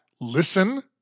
listen